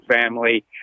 family